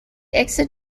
exit